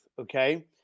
okay